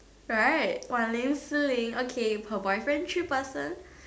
right Wan-Ling Si-Ling okay her boyfriend three person